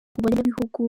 banyagihugu